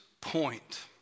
point